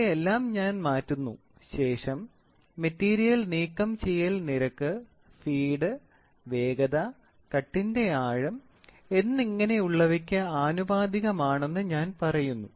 ഇതിലെ എല്ലാം ഞാൻ മാറ്റുന്നു ശേഷം മെറ്റീരിയൽ നീക്കംചെയ്യൽ നിരക്ക് ഫീഡ് വേഗത കട്ടിന്റെ ആഴം എന്നിങ്ങനെയുള്ളവയ്ക്ക് ആനുപാതികമാണെന്ന് ഞാൻ പറയുന്നു